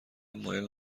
مایل